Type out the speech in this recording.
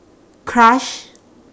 crush